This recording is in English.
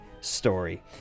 story